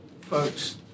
folks